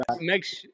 Makes